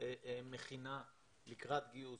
מכינה לקראת גיוס,